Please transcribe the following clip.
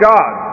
God